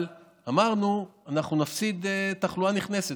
אבל אמרנו שנחמיץ תחלואה נכנסת.